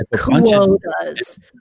Quotas